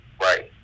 right